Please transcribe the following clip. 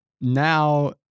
now